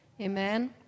Amen